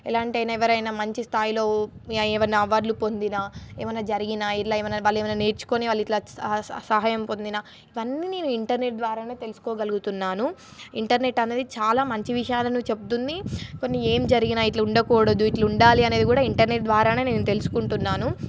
ఎలాంటివి అయినా ఎవరైనా మంచి స్థాయిలో ఏమైనా అవార్డులు పొందిన ఏమన్నా జరిగినా ఇట్లా ఏమన్నా వాళ్ళు ఏమైనా నేర్చుకొని వాళ్ళు ఇట్లా సహాయం పొందిన ఇవన్నీ నేను ఇంటర్నెట్ ద్వారా తెలుసుకోగలుగుతున్నాను ఇంటర్నెట్ అనేది చాలా మంచి విషయాలను చెప్తుంది కొన్ని ఏమి జరిగినా ఇట్లా ఉండకూడదు ఇట్లా ఉండాలి అనేది కూడా ఇంటర్నెట్ ద్వారా నేను తెలుసుకుంటున్నాను